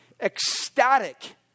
ecstatic